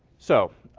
so